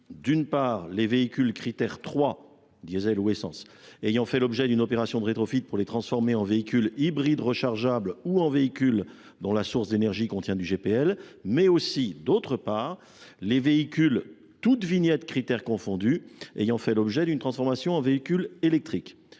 d’une part, les véhicules Crit’Air 3, diesel ou essence, ayant été transformés en véhicules hybrides rechargeables ou en véhicules dont la source d’énergie contient du GPL, mais aussi, d’autre part, les véhicules, toutes vignettes Crit’Air confondues, ayant fait l’objet d’une transformation en véhicule électrique.